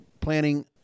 planning